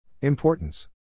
Importance